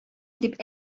дип